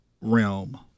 realm